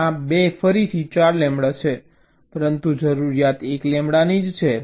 આ 2 ફરીથી 4 લેમ્બડા છે પરંતુ જરૂરિયાત 1 લેમ્બડાની છે